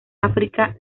áfrica